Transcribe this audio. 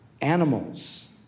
animals